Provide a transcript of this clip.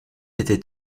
était